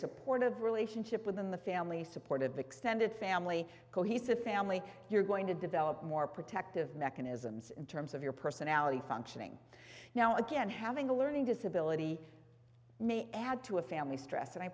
supportive relationship within the family supportive extended family cohesive family you're going to develop more protective mechanisms in terms of your personality functioning now again having a learning disability may add to a family stress and i